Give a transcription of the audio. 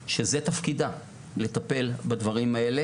המכללות עשתה פה מהפיכה גדולה במדינת ישראל.